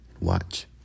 watch